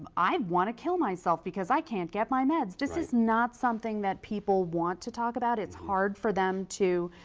i want to kill myself because i can't get my meds. this is not something that people want to talk about. it's hard for them to,